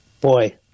boy